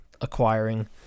acquiring